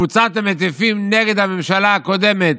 בקבוצת המטיפים נגד הממשלה הקודמת,